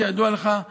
כידוע לך,